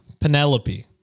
Penelope